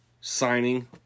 signing